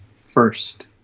first